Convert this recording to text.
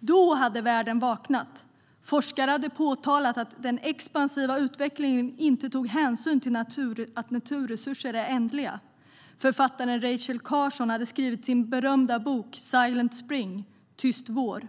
Då hade världen vaknat. Forskare hade påpekat att den expansiva utvecklingen inte tog hänsyn till att naturresurser är ändliga, och författaren Rachel Carson hade skrivit sin berömda bok Silent Spring - på svenska Tyst vår .